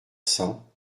cents